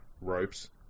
ropes